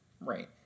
Right